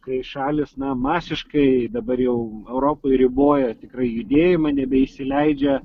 kai šalys na masiškai dabar jau europoj riboja tikrai judėjimą nebeįsileidžia